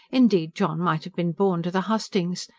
indeed john might have been born to the hustings.